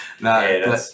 No